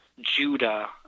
Judah